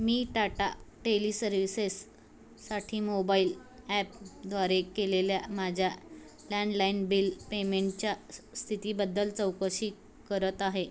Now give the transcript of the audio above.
मी Tata teleservices साठी mobile app द्वारे केलेल्या माझ्या लँडलाइण बिल पेमेंटच्या स् स्थितीबद्दल चौकशी करत आहे